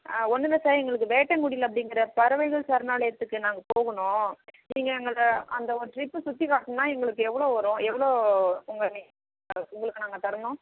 ஆ ஒன்னுல்லை சார் எங்களுக்கு வேட்டங்குடியில் அப்படிங்கிற பறவைகள் சரணாலயத்துக்கு நாங்கள் போகணும் நீங்கள் எங்களை அந்த ஒரு டிரிப்பு சுற்றிக் காட்டுனா எங்களுக்கு எவ்வளோ வரும் எவ்வளோ உங்கள் உங்களுக்கு நாங்கள் தரணும்